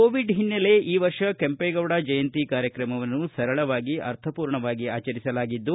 Covid ಹಿನ್ನೆಲೆ ಈ ವರ್ಷ ಕೆಂಪೇಗೌಡ ಜಯಂತಿ ಕಾರ್ಯಕ್ರಮವನ್ನು ಸರಳವಾಗಿ ಅರ್ಥಪೂರ್ಣವಾಗಿ ಆಚರಿಸಲಾಗಿದ್ದು